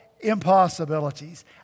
impossibilities